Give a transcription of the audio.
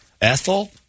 Ethel